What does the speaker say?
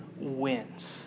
wins